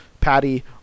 Patty